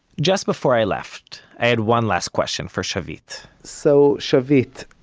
just before i left, i had one last question for shavit so, shavit,